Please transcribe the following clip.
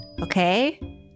okay